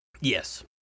Yes